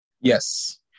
Yes